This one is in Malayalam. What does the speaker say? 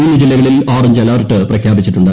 മൂന്ന് ജില്ലകളിൽ ഓറഞ്ച് അലർട്ട് പ്രഖ്യാപിച്ചിട്ടുണ്ട്